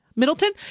Middleton